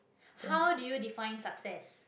how do you define success